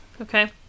Okay